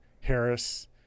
Harris